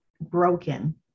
broken